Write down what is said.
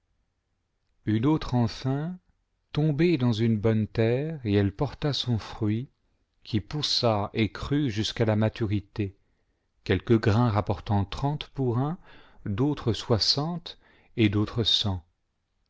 une autre enfin tombée dans une bonne terre et elle porta son fruit qui poussa et cmtjusqua la maturité quelques grains rapportant trente pour un j d'autres soixante et d'autres